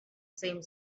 same